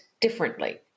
differently